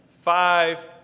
five